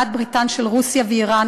בעלת בריתן של רוסיה ואיראן,